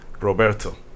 Roberto